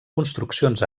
construccions